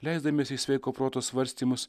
leisdamiesi į sveiko proto svarstymus